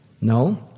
no